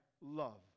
love